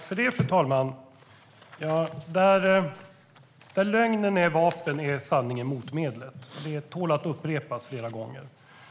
Fru talman! Där lögnen är vapen är sanningen motmedel. Detta tål att upprepas.